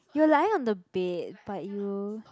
you are lying on the bed but you